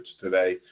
today